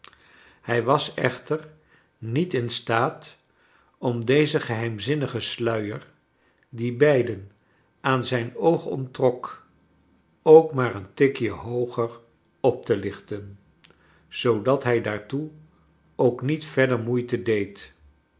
hij was echter niet in staat om den geheimzinnigen sluier die beiden aan zijn oog onttrok ook maar een tikje hooger op te lichten zoodat hrj daartoe ook niet verder moeite deed